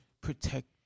Protect